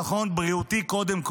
לא יהיה לו ביטחון בריאותי קודם כול.